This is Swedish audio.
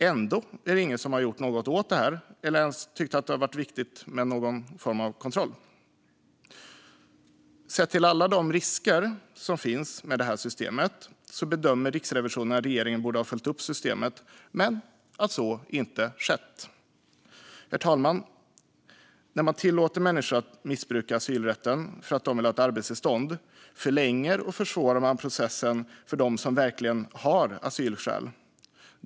Ändå är det ingen som har gjort något åt det här eller ens tyckt att det har varit viktigt med någon form av kontroll. Sett till alla risker som finns med systemet bedömer Riksrevisionen att regeringen borde ha följt upp systemet, men så har inte skett. Herr talman! När människor tillåts att missbruka asylrätten för att de vill ha ett arbetstillstånd förlängs och försvåras processen för dem som verkligen har asylskäl.